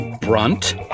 Brunt